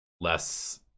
less